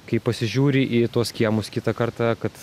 kai pasižiūri į tuos kiemus kitą kartą kad